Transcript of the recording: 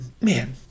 man